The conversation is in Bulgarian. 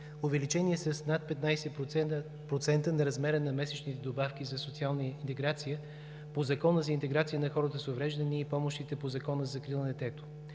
увеличение с над 15% на размера на месечните добавки за социална интеграция по Закона за интеграция на хората с увреждания и помощите по Закона за закрила на детето;